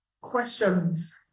Questions